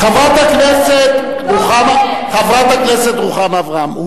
חברת הכנסת רוחמה אברהם,